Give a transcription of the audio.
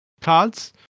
cards